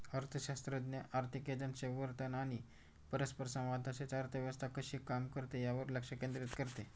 अर्थशास्त्र आर्थिक एजंट्सचे वर्तन आणि परस्परसंवाद तसेच अर्थव्यवस्था कशी काम करते यावर लक्ष केंद्रित करते